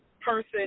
person